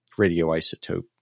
radioisotope